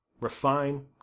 Refine